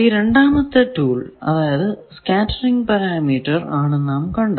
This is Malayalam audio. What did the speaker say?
രണ്ടാമത്തെ ടൂൾ അതായതു സ്കേറ്ററിങ് പാരാമീറ്റർ ആണ് നാം ഇപ്പോൾ കണ്ടത്